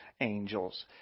angels